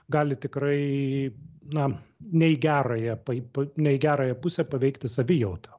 gali tikrai na ne į gerąją pa pa ne į gerąją pusę paveikti savijautą